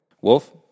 Wolf